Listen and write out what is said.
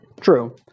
True